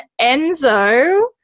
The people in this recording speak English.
Enzo